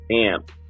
amp